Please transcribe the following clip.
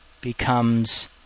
becomes